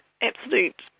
absolute